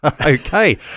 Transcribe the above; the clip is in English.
Okay